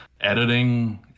editing